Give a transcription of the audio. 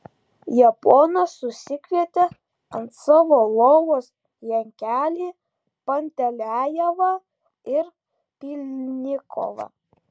japonas susikvietė ant savo lovos jankelį pantelejevą ir pylnikovą